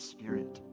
Spirit